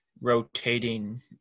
rotating